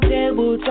Table